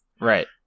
Right